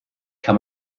kann